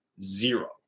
zero